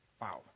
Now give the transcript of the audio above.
Wow